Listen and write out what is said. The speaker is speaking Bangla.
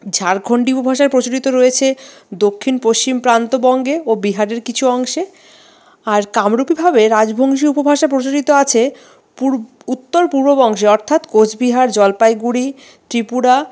ঝাড়খন্ডি উপভাষার প্রচলিত রয়েছে দক্ষিণ পশ্চিম প্রান্ত বঙ্গে ও বিহারের কিছু অংশে আর কামরূপীভাবে রাজবংশী উপভাষা প্রচলিত আছে পূর উত্তর পূর্ব বংশে অর্থাৎ কোচবিহার জলপাইগুড়ি ত্রিপুরা